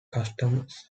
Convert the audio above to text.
customs